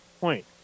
point